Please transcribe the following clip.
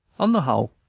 on the whole,